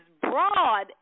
broad